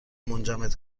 منجمد